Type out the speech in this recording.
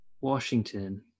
Washington